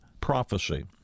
prophecy